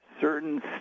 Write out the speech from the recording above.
certain